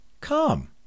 come